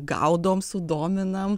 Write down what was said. gaudom sudominam